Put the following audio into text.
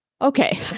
Okay